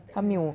它没有